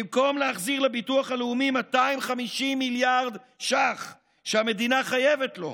במקום להחזיר לביטוח הלאומי 250 מיליארד שקלים שהמדינה חייבת לו,